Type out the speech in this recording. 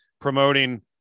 promoting